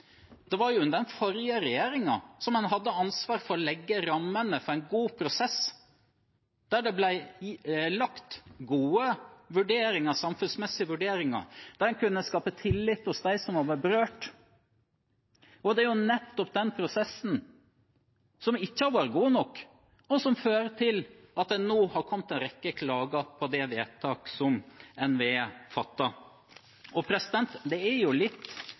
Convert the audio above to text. Det var jo under den forrige regjeringen en hadde ansvar for å legge rammene for en god prosess, der det ble gjort gode, samfunnsmessige vurderinger, og der en kunne skape tillit hos dem som var berørt. Det er nettopp den prosessen som ikke har vært god nok, og som fører til at det nå har kommet en rekke klager på det vedtaket som NVE fattet. Og det er litt interessant at det representantforslaget som vi behandler i dag, altså er